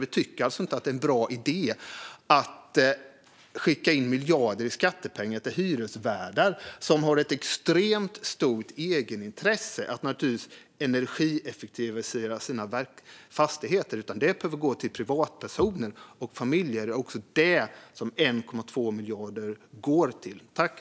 Vi tycker alltså inte att det är en bra idé att skicka miljarder av skattepengar till hyresvärdar som har ett extremt stort egenintresse av att energieffektivisera sina fastigheter, utan pengarna behöver gå till privatpersoner och familjer. Det är detta som 1,2 miljarder ska gå till.